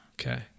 Okay